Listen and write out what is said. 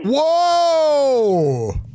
Whoa